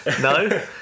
No